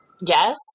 yes